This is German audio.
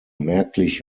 merklich